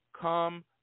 come